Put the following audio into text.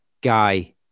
guy